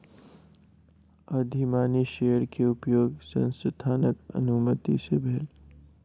अधिमानी शेयर के उपयोग संस्थानक अनुमति सॅ भेल